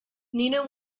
nina